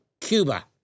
Cuba